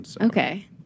Okay